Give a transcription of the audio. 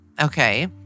Okay